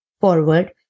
forward